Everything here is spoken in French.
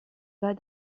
pas